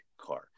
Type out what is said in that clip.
car